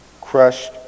crushed